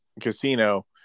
casino